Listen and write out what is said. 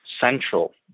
central